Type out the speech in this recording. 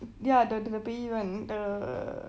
ya the the பேய்:pey one the